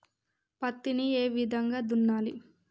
పత్తిని ఏ విధంగా దున్నాలి?